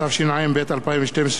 התשע"ב 2012,